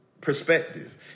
perspective